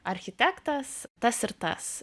architektas tas ir tas